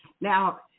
Now